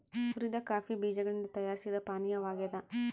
ಹುರಿದ ಕಾಫಿ ಬೀಜಗಳಿಂದ ತಯಾರಿಸಿದ ಪಾನೀಯವಾಗ್ಯದ